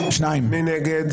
מי נגד?